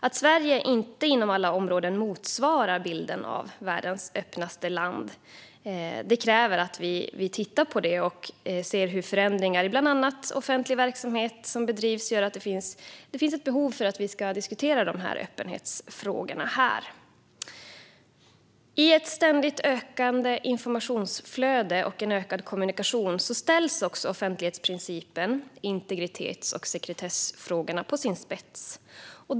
Att Sverige inte motsvarar bilden av världens öppnaste land inom alla områden kräver att vi tittar på det. Vi måste se på hur förändringar i hur bland annat offentlig verksamhet bedrivs gör att det finns ett behov av att diskutera dessa öppenhetsfrågor här. I ett ständigt ökande informationsflöde och en ökad kommunikation ställs offentlighetsprincipen och integritets och sekretessfrågorna på sin spets.